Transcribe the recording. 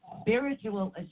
spiritual